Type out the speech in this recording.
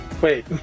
Wait